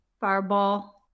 Fireball